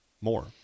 more